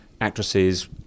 actresses